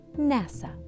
NASA